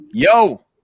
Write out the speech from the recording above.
Yo